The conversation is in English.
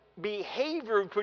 behavior